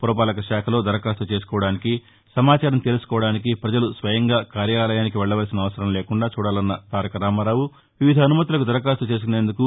పురపాలక శాఖలో దరఖాస్తు చేసుకోవడానికి సమాచారం తెలుసుకోవడానికి ప్రజలు స్వయంగా కార్యాలయానికి వెళ్లాల్సిన అవసరం లేకుండా చూడాలస్న తారకరామారావు వివిధ అనుమతులకు దరఖాస్తు చేసుకునేందుకు